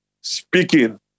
speaking